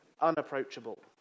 unapproachable